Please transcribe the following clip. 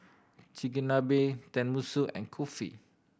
Chigenabe Tenmusu and Kulfi